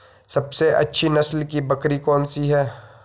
सबसे अच्छी नस्ल की बकरी कौन सी है?